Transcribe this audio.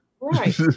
Right